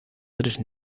tres